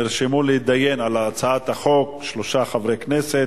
נרשמו להתדיין על הצעת החוק שלושה חברי כנסת.